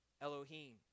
Elohim